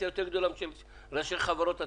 יותר גדולה מזו של ראשי חברות התעופה,